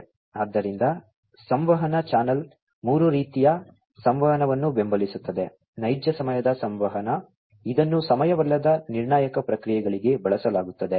ಆದ್ದರಿಂದ ಸಂವಹನ ಚಾನಲ್ ಮೂರು ರೀತಿಯ ಸಂವಹನವನ್ನು ಬೆಂಬಲಿಸುತ್ತದೆ ನೈಜ ಸಮಯದ ಸಂವಹನ ಇದನ್ನು ಸಮಯವಲ್ಲದ ನಿರ್ಣಾಯಕ ಪ್ರಕ್ರಿಯೆಗಳಿಗೆ ಬಳಸಲಾಗುತ್ತದೆ